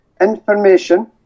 Information